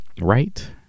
right